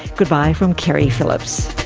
goodbye from keri phillips